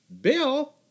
Bill